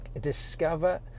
discover